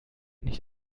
nicht